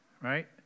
right